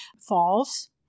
falls